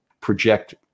project